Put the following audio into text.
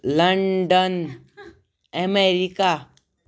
London America